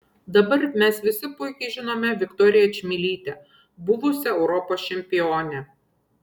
dabar mes visi puikiai žinome viktoriją čmilytę buvusią europos čempionę